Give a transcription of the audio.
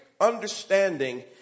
understanding